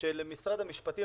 של משרד המשפטים,